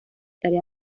tarea